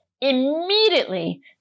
Immediately